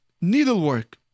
needlework